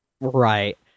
Right